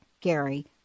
Gary